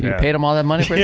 paid him all that money